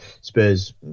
Spurs